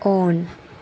on